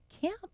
Camp